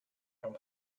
from